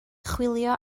chwilio